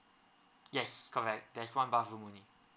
yes correct that's one bathroom